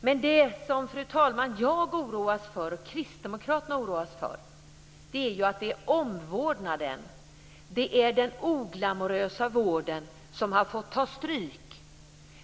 Men det som jag och kristdemokraterna oroas för, fru talman, är att det är omvårdnaden, den oglamorösa vården, som har fått ta stryk.